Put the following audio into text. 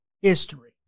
history